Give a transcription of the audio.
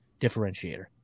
differentiator